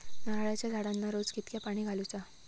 नारळाचा झाडांना रोज कितक्या पाणी घालुचा?